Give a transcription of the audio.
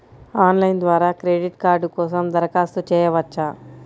Online ద్వారా credit card కోసం దరఖాస్తు చేయవచ్చా?